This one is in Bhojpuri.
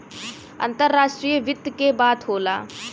अंतराष्ट्रीय वित्त के बात होला